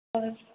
और